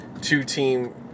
two-team